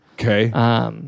Okay